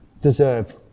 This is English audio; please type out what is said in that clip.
deserve